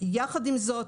ועם זאת,